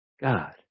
God